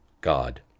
God